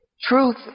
Truth